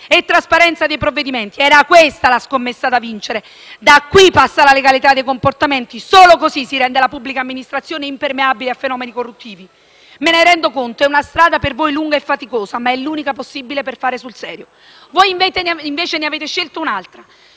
e trasparenza dei procedimenti: era questa la scommessa da vincere. Da qui passa la legalità dei comportamenti. Solo così si rende la pubblica amministrazione impermeabile a fenomeni corruttivi. Me ne rendo conto, è una strada per voi lunga e faticosa, ma è l'unica possibile per fare sul serio. Voi ne avete scelto un'altra: